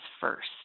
first